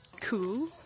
cool